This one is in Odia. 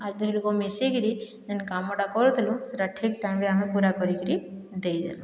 ଆର୍ ଦୁହି ଲୋକ ମିଶିକିରି ଯେନ୍ କାମଟା କରୁଥିଲୁ ସେହିଟା ଠିକ୍ ଟାଇମରେ ଆମେ ପୁରା କରିକିରି ଦେଇଦେଲୁ